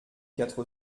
quatre